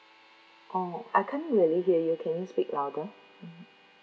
oh I can't really hear you can you speak louder